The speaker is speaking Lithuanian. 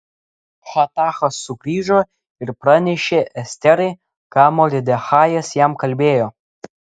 hatachas sugrįžo ir pranešė esterai ką mordechajas jam kalbėjo